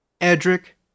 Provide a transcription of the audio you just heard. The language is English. Edric